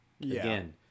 Again